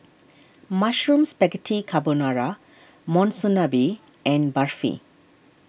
Mushroom Spaghetti Carbonara Monsunabe and Barfi